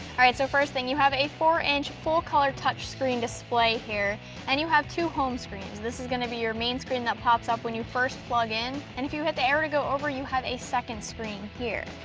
all right. so first thing. you have a four-inch full color touch screen display here and you have two home screens. this is gonna be your main screen that pops up when you first plug in, in, and if you hit the arrow to go over you have a second screen here.